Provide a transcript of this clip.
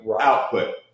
output